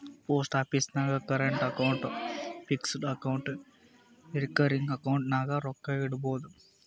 post office ನಾಗ್ current account, fixed account, recurring account ನಾಗ್ ರೊಕ್ಕಾ ಇಡ್ಬೋದ್